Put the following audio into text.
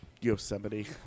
Yosemite